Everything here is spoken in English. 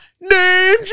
Name